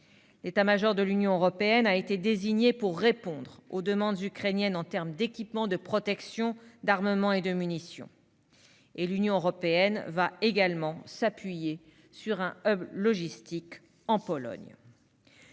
L'état-major de l'Union européenne a été désigné pour répondre aux demandes ukrainiennes, qu'il s'agisse des équipements de protection, des armements ou des munitions. L'Union européenne va également pouvoir s'appuyer sur un logistique en Pologne.